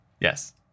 yes